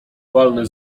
walne